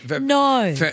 No